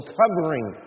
covering